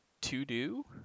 to-do